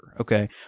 Okay